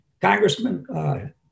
Congressman